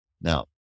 Now